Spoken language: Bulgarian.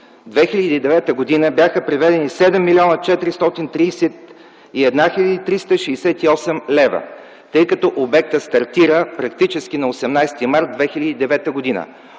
2009 г. бяха приведени 7 млн. 431 хил. 368 лв., тъй като обектът стартира практически на 18 март 2009 г.